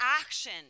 action